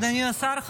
אדוני השר,